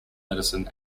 medicine